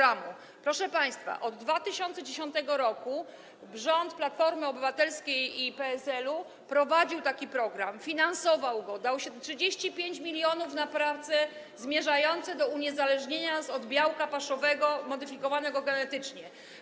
A, proszę państwa, od 2010 r. rząd Platformy Obywatelskiej i PSL-u prowadził taki program, finansował go, dał 35 mln zł na prace zmierzające do uniezależnienia się od białka paszowego modyfikowanego genetycznie.